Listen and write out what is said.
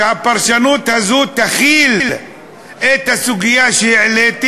והפרשנות הזו תכיל את הסוגיה שהעליתי.